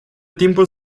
timpul